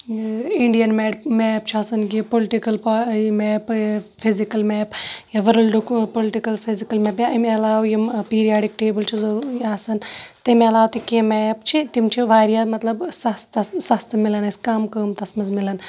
Indian مٮ۪ڈ map چھُ آسا ن یہِ پُلٹِکَل پا یہِ میپہٕ فِزِکَل میپ یا ؤرٕلڑُک پُلٹِکَل فِزِکَل میپ یا اَمہِ علاوٕ یِم پیٖریاڈِک ٹیبٕل چھُ ضٔروٗری یہِ آسان تَمہِ علاوٕ تہِ کینٛہہ میپ چھِ تِم چھِ واریاہ مطلب سَستَس سَستہٕ مِلان اَسہِ کَم قۭمتَس منٛز مِلان